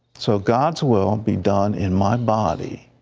so god's will and be done in my body,